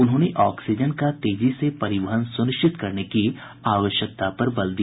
उन्होंने ऑक्सीजन का तेजी से परिवहन सुनिश्चित करने की आवश्यकता पर भी बल दिया